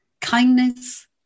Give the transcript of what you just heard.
Kindness